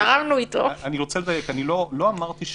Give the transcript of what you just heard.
לא אמרתי שנתמוך,